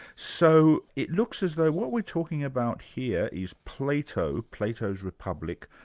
so it looks as though what we're talking about here is plato, plato's republic,